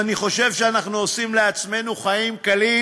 אני חושב שאנחנו עושים לעצמנו חיים קלים